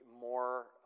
more